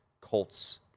Colts